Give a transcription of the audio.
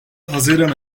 haziran